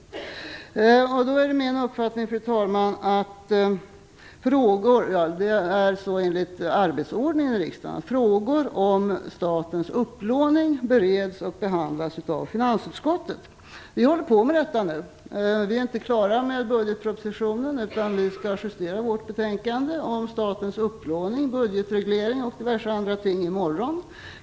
Det är tyvärr inte korrekt. Enligt riksdagens arbetsordning skall frågor om statens upplåning beredas och behandlas av finansutskottet. Vi håller på med detta nu. Vi är inte klara med budgetpropositionen. Vi skall justera vårt betänkande om statens upplåning, budgetreglering och diverse andra ting i morgon.